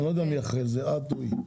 אני לא יודע מי אחראי על זה במשרד הבריאות.